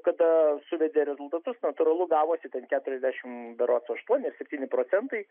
kada suvedė rezultatus natūralu gavosi kad berods aštuoni ar septyni procentai